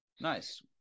Nice